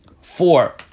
four